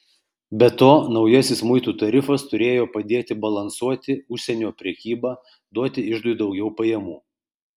be to naujasis muitų tarifas turėjo padėti balansuoti užsienio prekybą duoti iždui daugiau pajamų